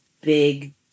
big